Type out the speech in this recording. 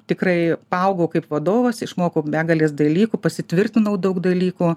tikrai paaugau kaip vadovas išmokau begalės dalykų pasitvirtinau daug dalykų